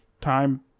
Time